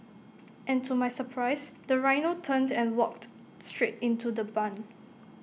and to my surprise the rhino turned and walked straight into the barn